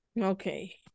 Okay